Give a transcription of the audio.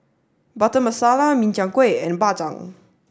Butter Masala Min Chiang Kueh and Bak Chang